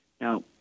Now